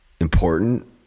important